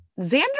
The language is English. Xander